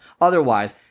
Otherwise